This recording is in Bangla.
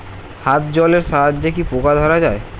হাত জলের সাহায্যে কি পোকা ধরা যায়?